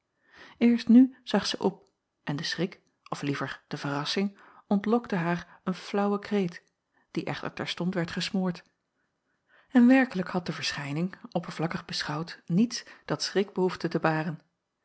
eerst nu zag zij op en de schrik of liever de verrassing ontlokte haar een flaauwen kreet die echter terstond werd gesmoord en werkelijk had de verschijning oppervlakkig beschouwd niets dat schrik behoefde te baren